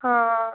ହଁ